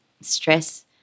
stress